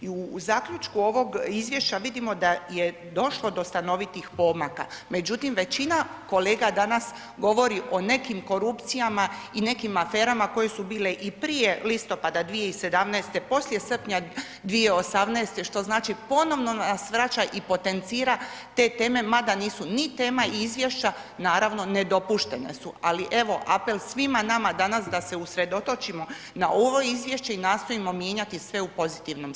I u zaključku ovog izvješća vidimo daje došlo do stanovitih pomaka međutim većina kolega danas govori o nekim korupcijama i nekim aferama koje su bile i prije listopada 2017., poslije srpnja 2018. što znači ponovno nas vraća i potencira te teme mada nisu ni tema izvješća, naravno nedopuštene su ali evo, apel svima nama danas da se usredotočimo na ovo izvješće i nastojimo mijenjati sve u pozitivnom smjeru.